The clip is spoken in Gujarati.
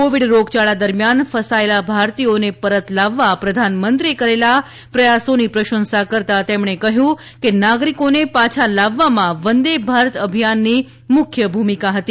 કોવિડ રોગયાળા દરમિયાન ફસાયેલા ભારતીયોને પરત લાવવા પ્રધાનમંત્રીએ કરેલા પ્રયાસોની પ્રશંસા કરતાં તેમણે કહ્યું કે નાગરિકોને પાછા લાવવામાં વંદે ભારત અભિયાનની મુખ્ય ભૂમિકા હતી